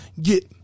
get